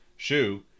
shoe